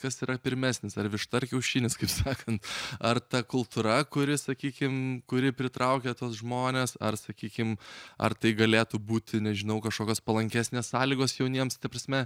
kas yra pirmesnis ar višta ar kiaušinis kaip sakant ar ta kultūra kuri sakykim kuri pritraukia tuos žmones ar sakykim ar tai galėtų būti nežinau kažkokios palankesnės sąlygos jauniems ta prasme